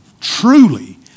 truly